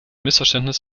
missverständnis